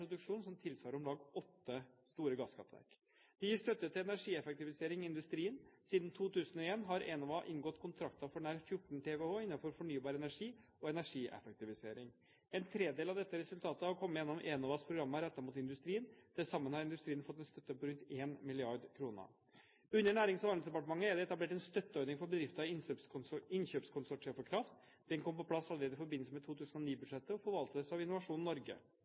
produksjon som tilsvarer om lag åtte store gasskraftverk. Det gis støtte til energieffektivisering i industrien. Siden 2001 har Enova inngått kontrakter for nær 14 TWh innenfor fornybar energi og energieffektivisering. En tredjedel av dette resultatet har kommet gjennom Enovas programmer rettet mot industrien. Til sammen har industrien fått en støtte på rundt 1 mrd. kr. Under Nærings- og handelsdepartementet er det etablert en støtteordning for bedrifter i innkjøpskonsortier for kraft. Den kom på plass allerede i forbindelse med 2009-budsjettet og forvaltes av Innovasjon Norge.